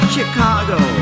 Chicago